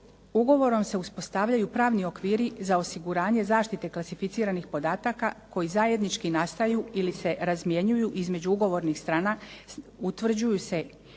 Ugovorom se uspostavljaju pravni okviri za osiguranje zaštite klasificiranih podataka koji zajednički nastaju ili se razmjenjuju između ugovornih strana, utvrđuju se